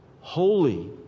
holy